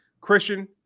Christian